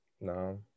No